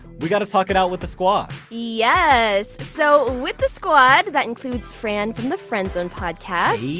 we gotta talk it out with the squad yeah yes. so with the squad, that includes fran from the friend zone podcast,